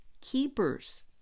keepers